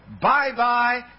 bye-bye